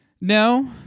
No